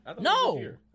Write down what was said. no